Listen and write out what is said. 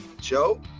joe